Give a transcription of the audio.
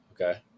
Okay